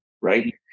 Right